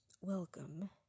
welcome